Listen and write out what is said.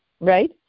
Right